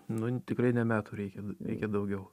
nu n tikrai ne metų reikia reikia daugiau